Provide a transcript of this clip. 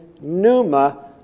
Numa